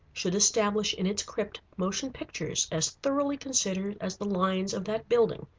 should establish in its crypt motion pictures as thoroughly considered as the lines of that building,